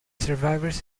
survivors